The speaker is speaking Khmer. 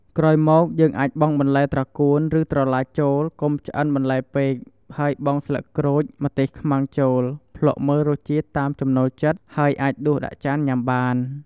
ក្រោយមកយើងអាចបង់បន្លែត្រកួនឬត្រឡាចចូលកុំឆ្អិនបន្លែពេកហើយបង់ស្លឹកក្រូច ម្ទេសខ្មាំងចូលភ្លក្សមើលរសជាតិតាមចំណូលចិត្តហើយអាចដួសដាក់ចានញ៉ាំបាន។